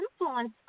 influence